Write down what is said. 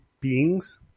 beings